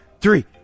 three